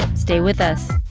stay with us